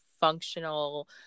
functional